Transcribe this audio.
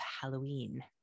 Halloween